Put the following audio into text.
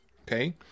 okay